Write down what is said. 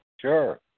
Sure